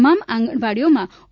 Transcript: તમામ આંગણવાડીઓમાં ઓ